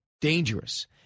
dangerous